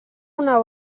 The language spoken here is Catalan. una